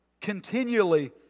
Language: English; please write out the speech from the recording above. continually